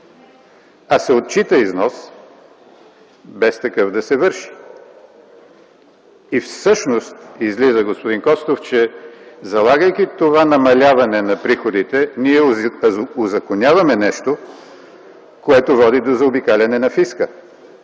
а се отчита износ без такъв да се върши. И всъщност излиза, господин Костов, че залагайки това намаляване на приходите, ние узаконяваме нещо, което води до заобикаляне на фиска.